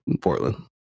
Portland